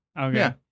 Okay